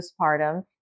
postpartum